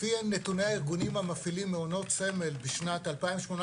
לפי נתוני הארגונים והמפעילים מעונות סמל בשנת 2018,